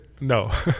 No